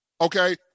Okay